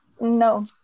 no